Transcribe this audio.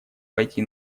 пойти